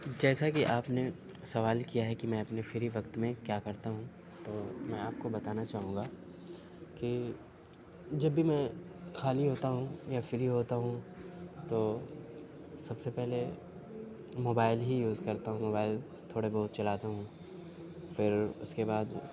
جیسا کہ آپ نے سوال کیا ہے کہ میں اپنے فری وقت میں کیا کرتا ہوں تو میں آپ کو بتانا چاہوں گا کہ جب بھی میں خالی ہوتا ہوں یا فری ہوتا ہوں تو سب سے پہلے موبائل ہی یوز کرتا ہوں موبائل تھوڑے بہت چلاتا ہوں پھر اس کے بعد